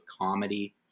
comedy